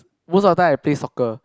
most of the time I play soccer